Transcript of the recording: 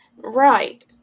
right